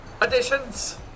additions